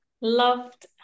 loved